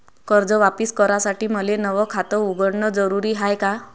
कर्ज वापिस करासाठी मले नव खात उघडन जरुरी हाय का?